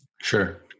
Sure